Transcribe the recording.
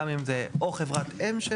גם אם זה או חברת אם של